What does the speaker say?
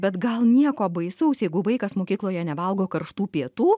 bet gal nieko baisaus jeigu vaikas mokykloje nevalgo karštų pietų